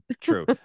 True